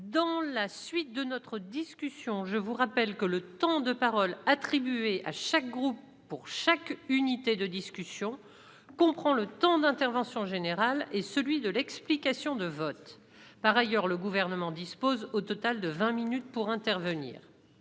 Mes chers collègues, je vous rappelle que le temps de parole attribué à chaque groupe pour chaque unité de discussion comprend le temps d'intervention générale et celui de l'explication de vote. Par ailleurs, le Gouvernement dispose au total de vingt minutes pour intervenir.